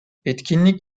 etkinlik